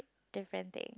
different thing